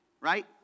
Right